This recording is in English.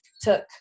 took